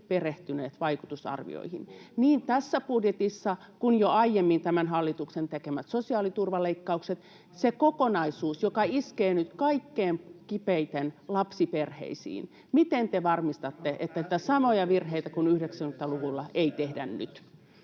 perehtyneet vaikutusarvioihin niin tässä budjetissa kuin jo aiemmin tämän hallituksen tekemissä sosiaaliturvaleikkauksissa, siinä kokonaisuudessa, joka iskee nyt kaikkein kipeiten lapsiperheisiin. Miten te varmistatte, [Ben Zyskowicz: Äsken kuultiin, että